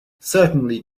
certainly